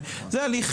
האם הוא